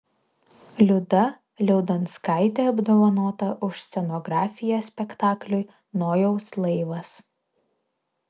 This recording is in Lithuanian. liuda liaudanskaitė apdovanota už scenografiją spektakliui nojaus laivas